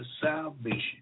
salvation